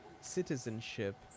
citizenship